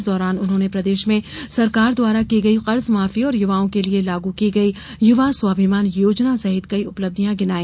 इस दौरान उन्होंने प्रदेश में सरकार द्वारा की गई कर्ज माफी और युवाओं के लिये लागू की गई युवा स्वाभिमान योजना सहित कई उपलब्धियां गिनाई